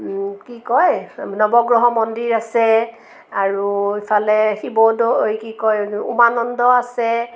কি কয় নৱগ্ৰহ মন্দিৰ আছে আৰু ইফালে শিৱদৌল এই কি কয় উমানন্দ আছে